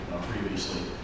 previously